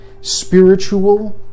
spiritual